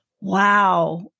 Wow